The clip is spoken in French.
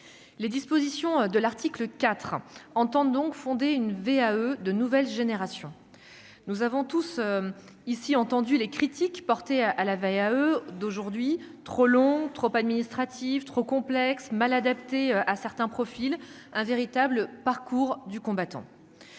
Les dispositions de l'article IV entendent donc fonder une VAE de nouvelle génération, nous avons tous ici entendu les critiques portées à à la veille VAE d'aujourd'hui trop long, trop administrative, trop complexe, mal adapté à certains profils, un véritable parcours du combattant